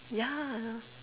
ya